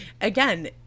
again